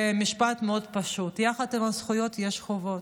במשפט מאוד פשוט: יחד עם הזכויות יש חובות.